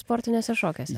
sportiniuose šokiuose